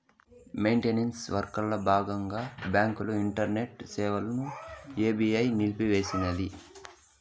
maintenance వర్కల బాగంగా బాంకుల ఇంటర్నెట్ సేవలని ఎస్బీఐ నిలిపేసినాది